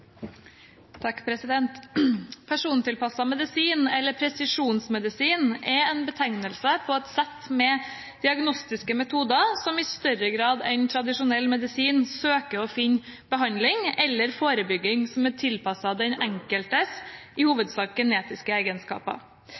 en betegnelse på et sett med diagnostiske metoder som i større grad enn tradisjonell medisin søker å finne behandling eller forebygging som er tilpasset den enkeltes – i hovedsak genetiske – egenskaper.